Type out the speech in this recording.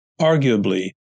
Arguably